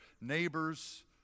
neighbors